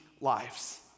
lives